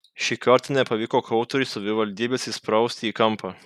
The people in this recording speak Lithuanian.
šį kartą nepavyko kautrai savivaldybės įsprausti į kampą